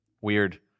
weird